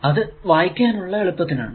അത് വായിക്കാനുള്ള എളുപ്പത്തിനാണ്